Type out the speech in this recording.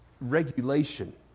regulation